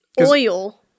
Oil